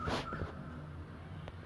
what's mindhunter seems interesting